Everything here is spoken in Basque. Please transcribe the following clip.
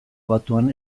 batuan